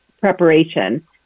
preparation